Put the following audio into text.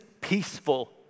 peaceful